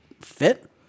fit